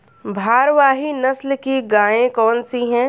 भारवाही नस्ल की गायें कौन सी हैं?